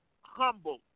humble